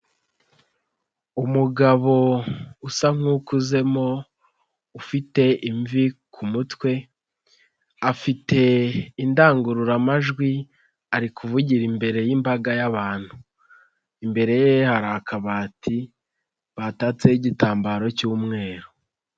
Umugabo usa nk'u ukuzemo ufite imvi ku mutwe, afite indangururamajwi ari kuvugira imbere y'imbaga y'abantu, imbere ye hari akabati batatseho igitambaro cy'umweru.